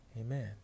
amen